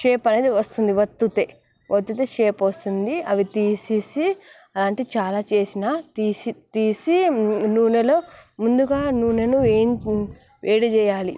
shape అనేది వస్తుంది ఒత్తితే ఒత్తితే షేప్ వస్తుంది అది తీసేసి అంటే చాలా చేసినా తీసి తీసి నూనెలో ముందుగా నూనెను వేడి చేయాలి